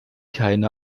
keine